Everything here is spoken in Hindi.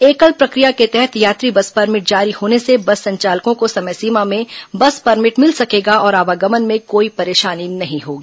एकल प्रक्रिया के तहत यात्री बस परमिट जारी होने से बस संचालकों को समय सीमा में बस परमिट मिल सकेगा और आवागमन में कोई परेशानी नहीं होगी